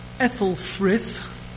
Ethelfrith